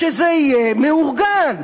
שזה יהיה מאורגן,